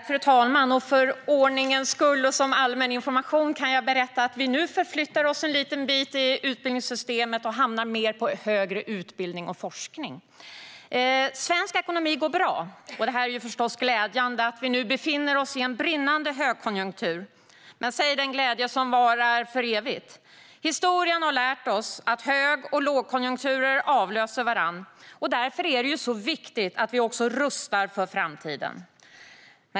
Fru talman! För ordningens skull och som allmän information kan jag berätta att vi nu förflyttar oss en liten bit i utbildningssystemet till högre utbildning och forskning. Svensk ekonomi går bra. Det är förstås glädjande att vi nu befinner oss i en brinnande högkonjunktur. Men säg den glädje som varar för evigt. Historien har lärt oss att hög och lågkonjunkturer avlöser varandra, och därför är det viktigt att vi också rustar för framtiden.